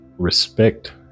respect